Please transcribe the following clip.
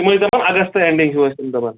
یِم ٲسۍ دپان اَگست اٮ۪نٛڈِنٛگ ہیوٗ ٲسۍ تِم دَپان